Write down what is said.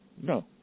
No